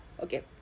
Okay